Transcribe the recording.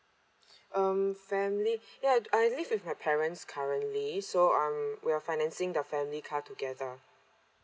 um family ya I live with my parents currently so um we're financing the family car together